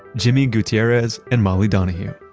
jimmy gutierrez, and molly donahue.